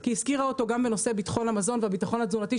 כי הזכירה אותו גם בנושא ביטחון המזון והביטחון התזונתי,